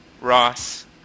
Ross